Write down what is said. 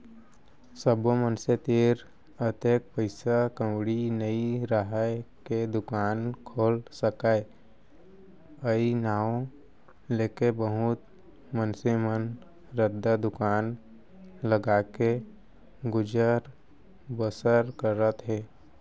सब्बो मनसे तीर अतेक पइसा कउड़ी नइ राहय के दुकान खोल सकय अई नांव लेके बहुत मनसे मन रद्दा दुकान लगाके गुजर बसर करत हें